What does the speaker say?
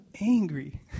angry